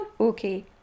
Okay